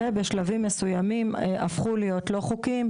ובשלבים מסוימים הפכו להיות לא חוקיים,